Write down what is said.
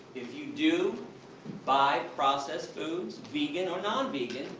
if you do buy processed foods, vegan or non-vegan,